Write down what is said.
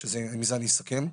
ועם זה אני אסכם: